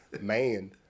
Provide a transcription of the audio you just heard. Man